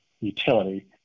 utility